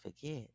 forget